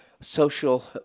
social